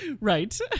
Right